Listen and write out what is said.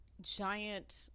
giant